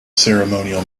ceremonial